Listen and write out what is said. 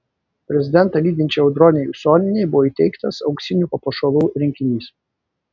prezidentą lydinčiai audronei usonienei buvo įteiktas auksinių papuošalų rinkinys